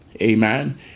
Amen